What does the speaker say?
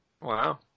wow